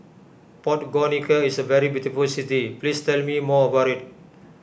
Podgorica is a very beautiful city please tell me more about it